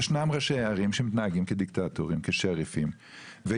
יש ראשי ערים שמתנהגים כדיקטטורים, כשריפים.